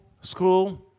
school